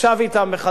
הביא דיונים,